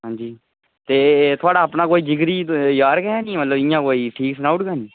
हां जी ते थोआड़ा अपना कोई जिगरी जार गै नी मतलब इयां कोई ठीक सनाई ओड़ग नी